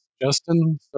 Justin